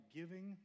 giving